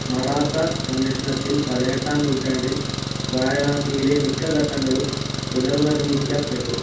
മറാത്ത സംരക്ഷണത്തിൽ പതിനെട്ടാം നൂറ്റാണ്ടിൽ വാരണാസിയിലെ മിക്ക ഘട്ടങ്ങളും പുനർനിർമ്മിക്കപ്പെട്ടു